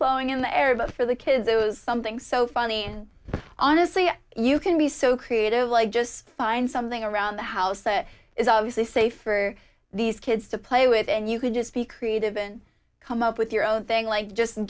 flowing in the air but for the kids it was something so funny and honestly you can be so creative like just find something around the house that is obviously safe for these kids to play with and you could just be creative and come up with your own thing like just